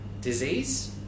disease